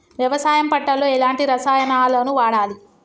వ్యవసాయం పంట లో ఎలాంటి రసాయనాలను వాడాలి?